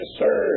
sir